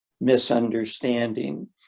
misunderstanding